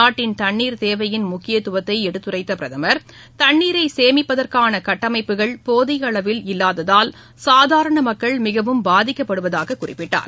நாட்டின் தண்ணீர் தேவையின் முக்கியத்துவத்தை எடுத்துரைத்த பிரதமர் தண்ணீரை சேமிப்பதற்கான கட்டமைப்புகள் போதிய அளவில் இல்லாததால் சாதாரண மக்கள் மிகவும் பாதிக்கப்படுவதாக குறிப்பிட்டார்